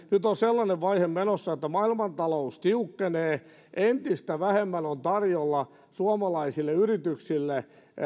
nyt on sellainen vaihe menossa että maailmantalous tiukkenee entistä vähemmän on tarjolla suomalaisille yrityksille